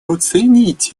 оценить